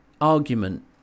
argument